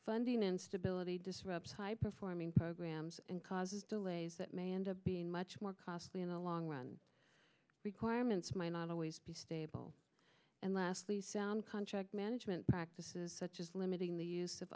funding instability disrupt high performing programs and causes delays that may end up being much more costly in the long run requirements might not always be stable and lastly sound contract management practices such as limiting the use of